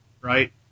right